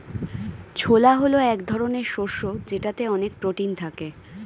ছোলা হল এক ধরনের শস্য যেটাতে অনেক প্রোটিন থাকে